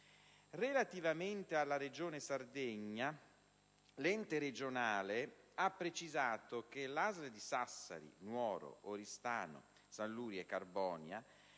Relativamente alla Regione Sardegna, l'ente regionale ha precisato che le ASL di Sassari, Nuoro, Oristano, Sanluri e Carbonia